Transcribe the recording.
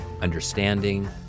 understanding